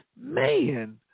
man